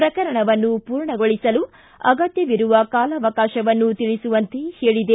ಪ್ರಕರಣವನ್ನು ಮೂರ್ಣಗೊಳಿಸಲು ಅಗತ್ತವಿರುವ ಕಾಲಾವಕಾಶವನ್ನೂ ತಿಳಿಸುವಂತೆ ಹೇಳಿದೆ